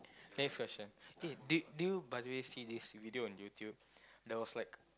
next question eh did did you by the way see this video on YouTube there was like